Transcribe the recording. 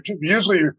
usually